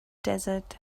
desert